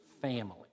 family